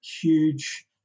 huge